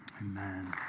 Amen